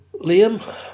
Liam